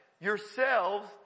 yourselves